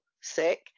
sick